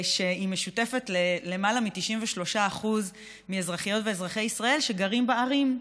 שמשותפת ללמעלה מ-93% מאזרחיות ואזרחי ישראל שגרים בערים,